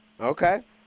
Okay